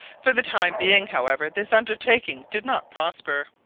for the time being, however, this undertaking did not prosper.